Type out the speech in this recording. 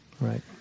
Right